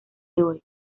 hoy